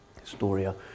historia